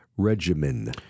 Regimen